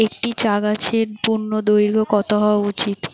একটি চা গাছের পূর্ণদৈর্ঘ্য কত হওয়া উচিৎ?